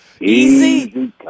Easy